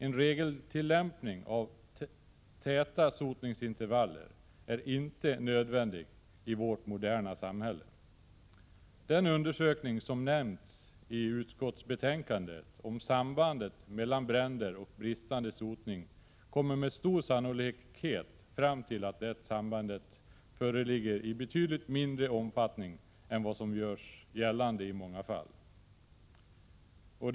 En regeltillämpning med täta sotningsintervaller är inte nödvändig i vårt moderna samhälle. Den undersökning som nämns i utskottsbetänkandet om sambandet mellan bränder och bristande sotning kommer med stor sannolikhet fram till att det sambandet föreligger i betydligt mindre omfattning än vad som i många fall görs gällande.